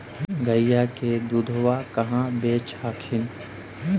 गईया के दूधबा कहा बेच हखिन?